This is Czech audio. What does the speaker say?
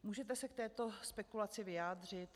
Můžete se k této spekulaci vyjádřit?